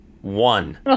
One